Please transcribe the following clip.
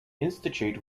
institute